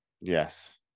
yes